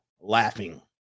laughing